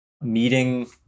meeting